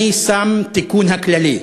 אני שם את 'התיקון הכללי'.